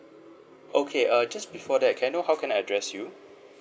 okay err just before that can I know how can I address you